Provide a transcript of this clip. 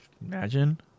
Imagine